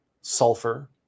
sulfur